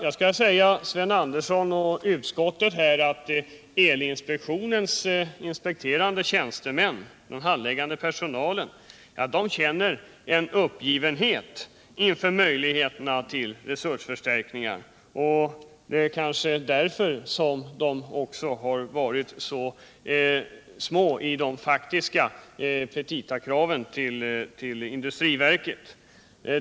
Jag vill säga till Sven Andersson och till utskottets företrädare i övrigt att elinspektionens handläggande personal känner en uppgivenhet inför möjligheterna till resursförstärkningar och att det kanske är därför som de också framfört så små faktiska petitakrav till industriverket.